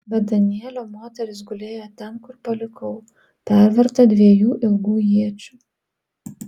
bet danielio moteris gulėjo ten kur palikau perverta dviejų ilgų iečių